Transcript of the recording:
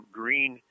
green